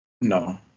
No